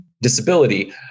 disability